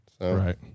right